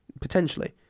potentially